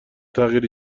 تغییر